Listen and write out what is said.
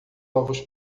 ovos